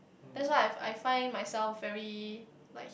that's why I f~ I find myself very like